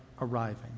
arriving